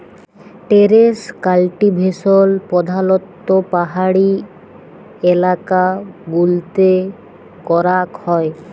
terrace cultivation প্রধালত্ব পাহাড়ি এলাকা গুলতে ক্যরাক হ্যয়